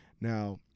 Now